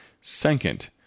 second